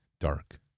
dark